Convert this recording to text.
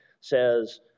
says